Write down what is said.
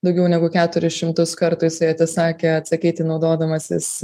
daugiau negu keturis šimtus kartų jisai atsisakė atsakyti naudodamasis